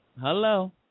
hello